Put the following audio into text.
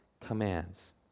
commands